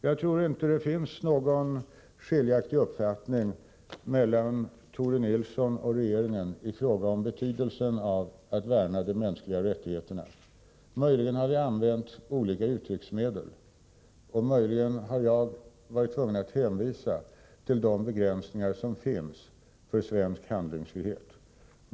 Jag tror inte att det finns någon skiljaktig uppfattning mellan Tore Nilsson och regeringen i fråga om betydelsen av att värna de mänskliga rättigheterna. Möjligen har vi använt olika uttrycksmedel, och möjligen har jag varit tvungen att hänvisa till de begränsningar för svensk handlingsfrihet som finns.